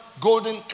golden